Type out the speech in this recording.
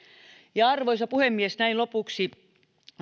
arvoisa puhemies näin lopuksi